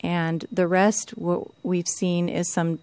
and the rest what we've seen is some